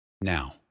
Now